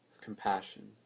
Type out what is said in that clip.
compassion